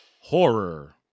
horror